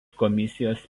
komisijos